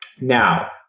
Now